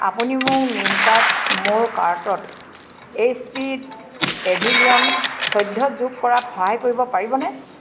আপুনি মোক মিন্ত্ৰাত মোৰ কাৰ্টত এইচ পি পেভিলিয়ন চৈধ্য যোগ কৰাত সহায় কৰিব পাৰিবনে